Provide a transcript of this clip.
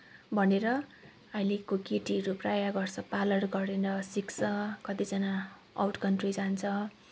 भनेर अहिलेको केटीहरू प्रायः गर्छ पार्लर गर्न सिक्छ कतिजना आउट कान्ट्री जान्छ